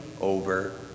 over